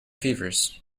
fevers